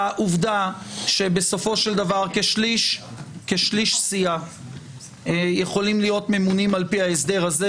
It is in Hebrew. העובדה שבסופו של דבר כשליש סיעה יכולים להיות ממונים על פי ההסדר הזה,